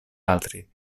altri